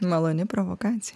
maloni provokacija